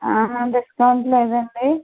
discount లేదాండి